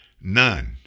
none